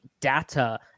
data